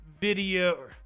video